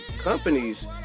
companies